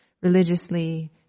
religiously